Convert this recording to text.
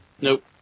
Nope